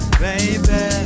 Baby